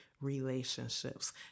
relationships